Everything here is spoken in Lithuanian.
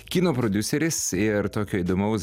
kino prodiuseris ir tokio įdomaus